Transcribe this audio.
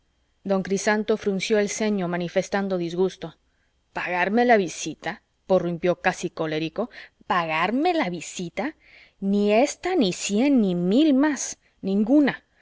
don crisanto frunció el ceño manifestando disgusto pagarme la visita prorrumpió casi colérico pagarme la visita ni ésta ni cien ni mil más ninguna